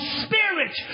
spirit